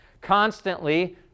constantly